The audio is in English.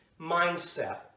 mindset